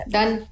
Done